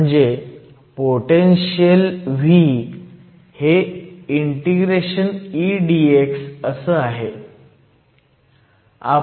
म्हणजे potential V हे ∫ E d x आहे